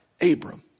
Abram